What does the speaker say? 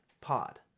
Pod